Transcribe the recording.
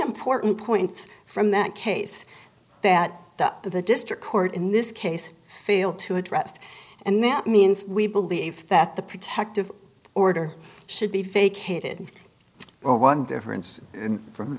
important points from that case that the district court in this case failed to address and that means we believe that the protective order should be fake hated or one difference from